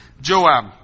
Joab